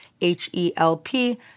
H-E-L-P